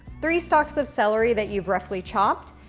three stalks of celery that you've roughly chopped,